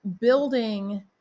building